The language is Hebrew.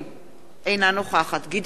אינה נוכחת גדעון סער,